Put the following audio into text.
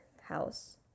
house